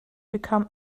become